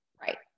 right